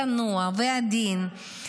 צנוע ועדין,